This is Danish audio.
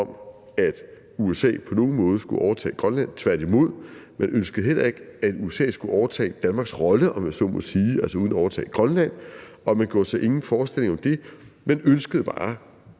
at USA på nogen måde skulle overtage Grønland, tværtimod. Man ønskede heller ikke, at USA skulle overtage Danmarks rolle, om jeg så må sige, uden at overtage Grønland, og man gjorde sig ingen forestillinger om det. Man ønskede bare